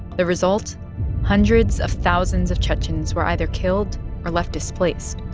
the result hundreds of thousands of chechens were either killed or left displaced